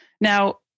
Now